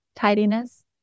tidiness